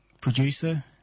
producer